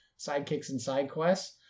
sidekicksandsidequests